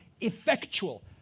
effectual